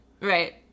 Right